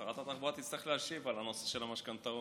שרת התחבורה תצטרך להשיב על נושא המשכנתאות.